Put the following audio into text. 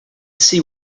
see